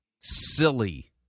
silly